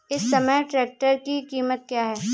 इस समय ट्रैक्टर की कीमत क्या है?